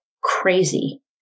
crazy